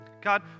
God